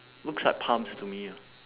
looks like pumps to me ah